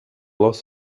loss